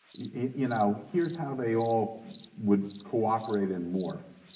you know here's how they all would cooperate and morph.